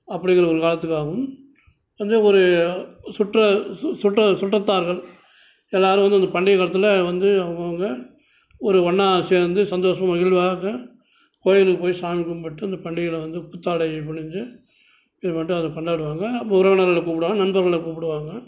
அப்டிங்கிற ஒரு காரணத்துக்காகவும் வந்து ஒரு சுற்ற சு சுற்ற சுற்றத்தார்கள் எல்லோரும் வந்து இந்த பண்டிகை காலத்தில் வந்து அவங்கவுங்க ஒரு ஒன்னா சேர்ந்து சந்தோஷமாக மகிழ்வாக கோயிலுக்கு போயி சாமி கும்புட்டு இந்த பண்டிகைகளை வந்து புத்தாடைய அணிந்து இதுப்பாட்டு அதை கொண்டாடுவாங்க அப்போ உறவினர்களை கூப்புடுவாங்க நண்பர்களை கூப்புடுவாங்க